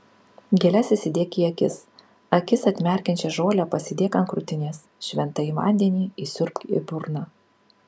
gėles įsidėk į akis akis atmerkiančią žolę pasidėk ant krūtinės šventąjį vandenį įsiurbk į burną